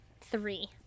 three